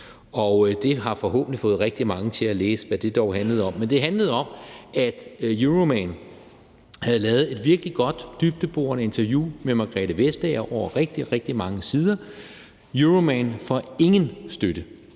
og det har forhåbentlig fået rigtig mange til at læse, hvad det dog handlede om. Det handlede om, at Euroman havde lavet et virkelig godt, dybdeborende interview med Margrethe Vestager over rigtig, rigtig mange sider, og Euroman får ingen støtte.